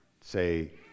say